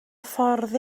ffordd